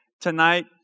tonight